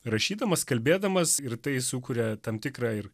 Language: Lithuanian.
rašydamas kalbėdamas ir tai sukuria tam tikrą ir